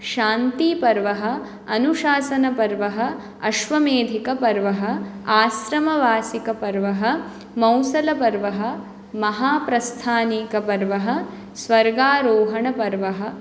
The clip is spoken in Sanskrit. शान्तिपर्वः अनुशासनपर्वः अश्वमेधिकपर्वः आश्रमवासिकपर्वः मौसलपर्वः महाप्रस्थानीकपर्वः स्वर्गारोहणपर्वः च